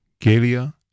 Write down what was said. galia